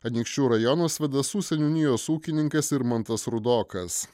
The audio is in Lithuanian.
anykščių rajono svėdasų seniūnijos ūkininkas irmantas rudokas